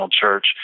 church